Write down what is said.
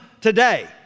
today